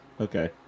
Okay